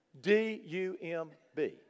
D-U-M-B